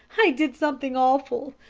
i did something awful.